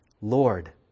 Lord